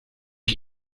ich